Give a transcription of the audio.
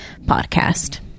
podcast